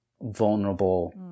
vulnerable